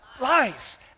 lies